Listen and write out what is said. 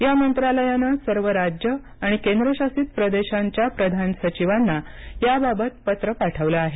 या मंत्रालयानं सर्व राज्ये आणि केंद्रशासित प्रदेशांच्या प्रधान सचिवांना याबाबत पत्र पाठवलं आहे